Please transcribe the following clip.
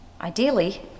Ideally